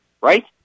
right